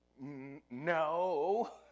no